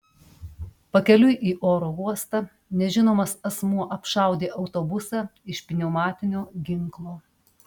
pakeliui į oro uostą nežinomas asmuo apšaudė autobusą iš pneumatinio ginklo